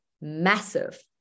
massive